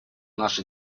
наша